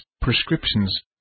prescriptions